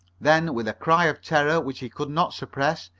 then, with a cry of terror which he could not suppress,